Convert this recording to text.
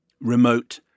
remote